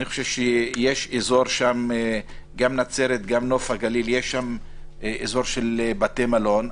גם בנצרת, גם בנוף הגליל, יש שם אזור של בתי מלון.